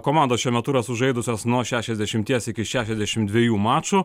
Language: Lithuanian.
komandos šiuo metu yra sužaidusios nuo šešiasdešimties iki šešiasdešim dviejų mačų